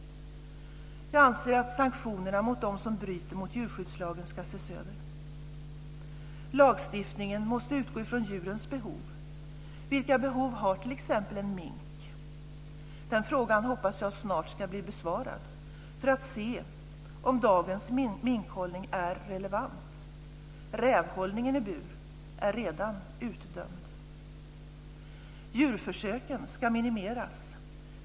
Jag anser att sanktionerna mot dem som bryter mot djurskyddslagen ska ses över. Lagstiftningen måste utgå från djurens behov. Vilka behov har t.ex. en mink? Den frågan hoppas jag snart ska bli besvarad för att se om dagens minkhållning är relevant. Rävhållningen i bur är redan utdömd. Djurförsöken ska minimeras.